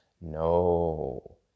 No